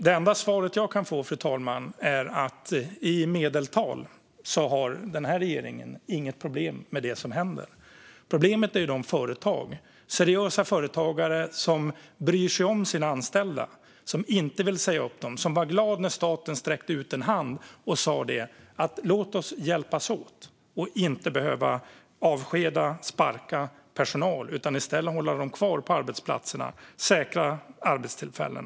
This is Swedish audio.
Det enda svar jag fick var att med det medeltalet har regeringen inget problem med det som händer. Men detta är ett problem för de seriösa företagare som bryr sig om sina anställda och inte vill säga upp dem. De var glada när staten sträckte ut en hjälpande hand så att de inte skulle behöva avskeda personal utan i stället kunde behålla personalen och säkra arbetstillfällen.